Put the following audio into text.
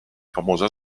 famosa